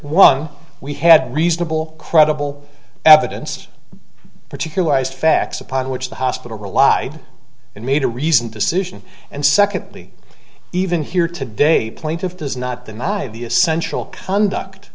one we had reasonable credible evidence particularized facts upon which the hospital relied and made a reasoned decision and secondly even here today plaintiff does not the matter of the essential conduct